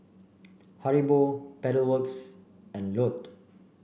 Haribo Pedal Works and Lotte